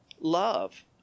love